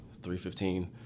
3.15